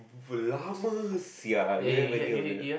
sia I don't have any of that